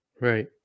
right